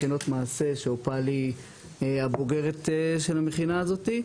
מכינות מעשה שאופל היא הבוגרת של המכינה הזאת.